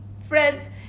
friends